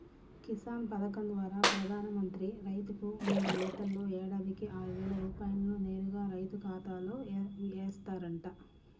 కిసాన్ పథకం ద్వారా ప్రధాన మంత్రి రైతుకు మూడు విడతల్లో ఏడాదికి ఆరువేల రూపాయల్ని నేరుగా రైతు ఖాతాలో ఏస్తారంట